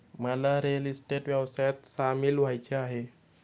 मला real estate व्यवसायात सामील व्हायचे आहे